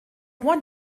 roi